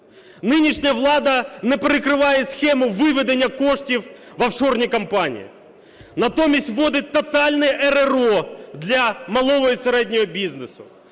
Нинішня влада не перекриває схему виведення коштів в офшорні компанії. Натомість вводить тотальне РРО для малого і середнього бізнесу.